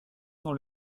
dans